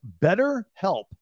BetterHelp